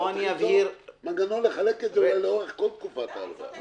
צריך לקבוע מנגנון שיחלק את זה לאורך כל תקופת ההלוואה.